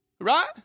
right